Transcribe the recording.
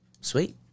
Sweet